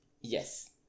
Yes